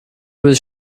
was